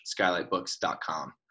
skylightbooks.com